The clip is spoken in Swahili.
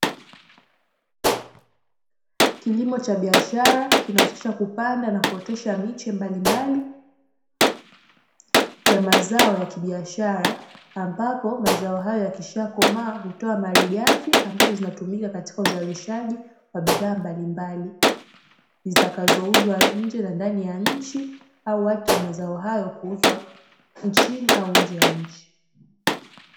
Kilimo cha biashara kina husisha kupanda na kuotesha miche mbalimbali ya mazao ya kibiashara, ambapo mazao hayo yakishakukomaa hutoa malighafi zitakazotumika katika uzalishaji wa bidhaa mbalimbali zitakazouzwa nje na ndani ya nchi au hata mazao hayo kuuzwa nchini au nje ya nchi.